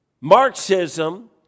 Marxism